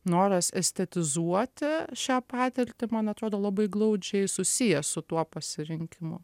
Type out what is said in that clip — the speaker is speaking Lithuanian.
noras estetizuoti šią patirtį man atrodo labai glaudžiai susijęs su tuo pasirinkimu